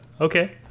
Okay